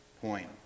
point